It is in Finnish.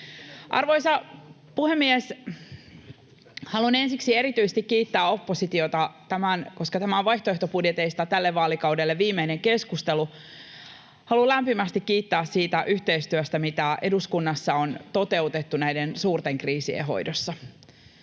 Arvoisa puhemies! Haluan ensiksi erityisesti kiittää oppositiota, koska tämä on vaihtoehtobudjeteista tälle vaalikaudelle viimeinen keskustelu. Haluan lämpimästi kiittää siitä yhteistyöstä, mitä eduskunnassa on toteutettu näiden suurten kriisien hoidossa.